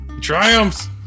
triumphs